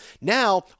Now